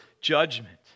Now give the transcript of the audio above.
judgment